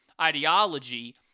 ideology